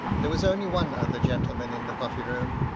there was only one other gentleman in the coffee-room,